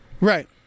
Right